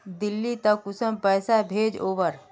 दिल्ली त कुंसम पैसा भेज ओवर?